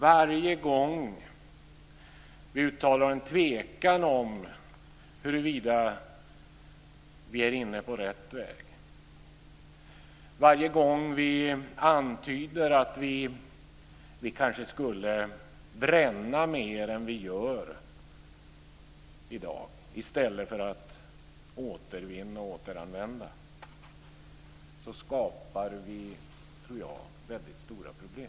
Varje gång vi uttalar en tvekan om huruvida vi är inne på rätt väg, varje gång vi antyder att vi kanske skulle bränna mer än vi gör i dag i stället för att återvinna och återanvända skapar vi, tror jag, stora problem.